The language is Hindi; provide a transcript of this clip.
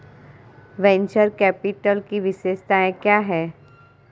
वेन्चर कैपिटल की विशेषताएं क्या हैं?